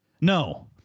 No